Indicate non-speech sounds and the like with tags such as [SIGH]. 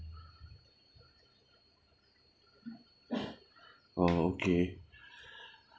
oh okay [BREATH]